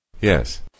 Yes